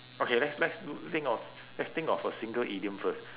okay let's let's do think of let's think of a single idiom first